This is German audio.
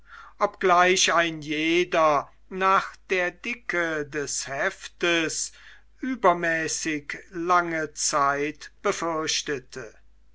obgleich ein jeder nach der dicke des heftes übermäßig lange zeit befürchtete